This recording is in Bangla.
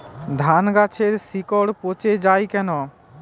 ধানগাছের শিকড় পচে য়ায় কেন?